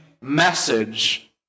message